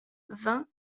vingt